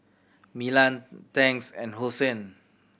Milan Tangs and Hosen